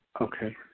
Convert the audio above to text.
Okay